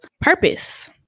purpose